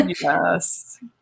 Yes